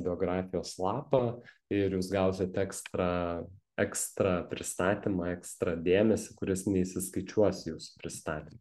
biografijos lapą ir jūs gausit ekstra ekstra pristatymą ekstra dėmesį kuris neįsiskaičiuos į jūsų pristatymą